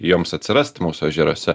joms atsirast mūsų ežeruose